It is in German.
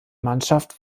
mannschaft